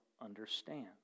understand